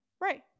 Right